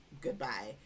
Goodbye